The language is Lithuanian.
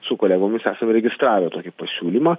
su kolegomis esame registravę tokį pasiūlymą